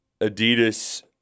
Adidas –